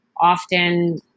often